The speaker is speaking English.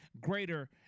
greater